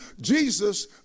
Jesus